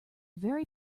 very